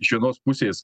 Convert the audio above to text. iš vienos pusės